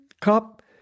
cup